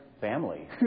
family